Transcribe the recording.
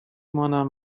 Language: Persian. مانم